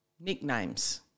nicknames